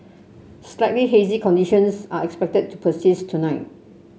slightly hazy conditions are expected to persist tonight